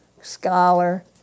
scholar